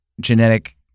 genetic